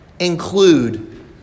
Include